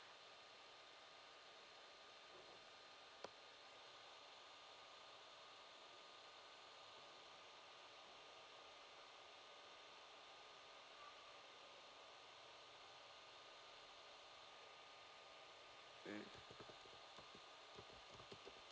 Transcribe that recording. mm